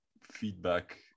feedback